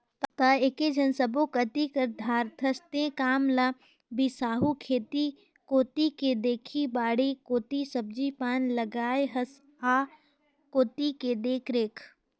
त एकेझन सब्बो कति कर दारथस तें काम ल बिसाहू खेत कोती के देखही बाड़ी कोती सब्जी पान लगाय हस आ कोती के देखरेख